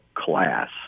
class